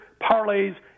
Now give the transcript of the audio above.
parlays